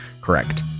correct